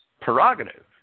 prerogative